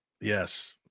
Yes